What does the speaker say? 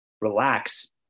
relax